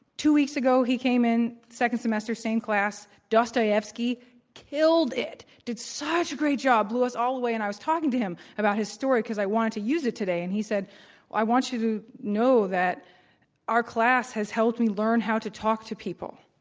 two weeks ago he came in, second semester, same class, dostoyevsky killed it. did such a great job. blew us all away and i was talking to him about his story because i wanted to use it today, and he said i want you to know that our class has helped me learn how to talk to people.